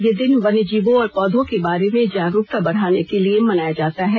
यह दिन वन्य जीवों और पौधों के बारे में जागरूकता बढ़ाने के लिए मनाया जाता है